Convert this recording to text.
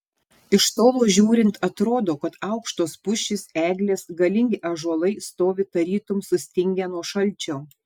iš tolo žiūrint atrodo kad aukštos pušys eglės galingi ąžuolai stovi tarytum sustingę nuo šalčio